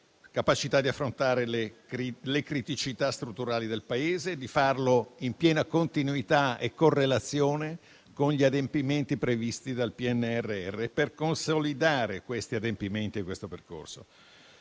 capacità di affrontare le criticità strutturali del Paese e di farlo in piena continuità e correlazione con gli adempimenti previsti dal PNRR, per consolidare tali adempimenti e questo percorso.